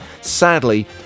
Sadly